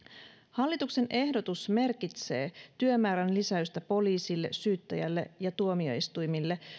hallituksen ehdotus merkitsee työmäärän lisäystä poliisille syyttäjälle ja tuomioistuimille